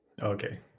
Okay